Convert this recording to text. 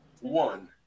One